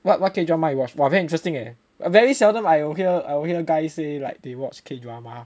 what what K drama you watch !wah! very interesting eh !wah! very seldom I will hear guys say like they watch K drama